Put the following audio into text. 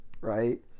right